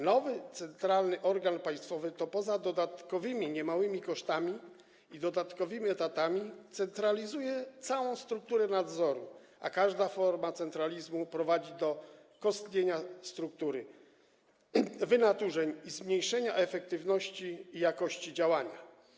Nowy centralny organ państwowy poza dodatkowymi niemałymi kosztami i dodatkowymi etatami centralizuje całą strukturę nadzoru, a każda forma centralizmu prowadzi do kostnienia struktury, wynaturzeń i zmniejszenia efektywności i jakości działania.